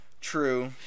True